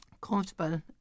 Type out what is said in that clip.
comfortable